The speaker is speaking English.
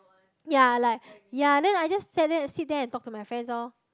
ya like ya then I just sat there sit there and talk to my friends loh